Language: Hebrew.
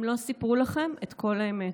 הם לא סיפרו לכם את כל האמת.